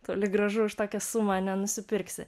toli gražu už tokią sumą nenusipirksi